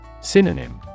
Synonym